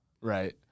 Right